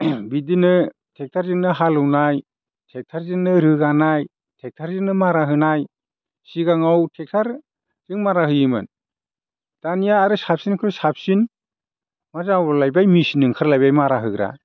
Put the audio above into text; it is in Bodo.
बिदिनो ट्रेक्ट'रजोंनो हालेवनाय ट्रेक्ट'रजोंनो रोगानाय ट्रेक्ट'रजोंनो मारा होनाय सिगाङाव ट्रेक्ट'रजों मारा होयोमोन दानिया आरो साबसिननिख्रुइ साबसिन मा जाबावलायबाय मेसिन ओंखारलायबाय मारा होग्रा